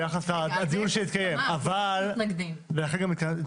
דרך אגב, בזמנו התנגדתי לחוק.